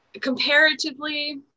comparatively